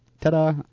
Ta-da